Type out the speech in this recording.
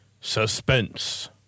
suspense